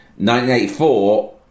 1984